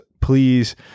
Please